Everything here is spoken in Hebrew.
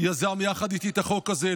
יזם יחד איתי את החוק הזה,